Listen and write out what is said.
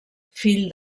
fill